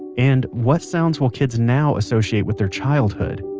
and what sounds will kids now associate with their childhood?